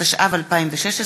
התשע"ו 2016,